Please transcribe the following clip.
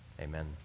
amen